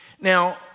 Now